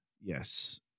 Yes